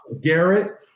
Garrett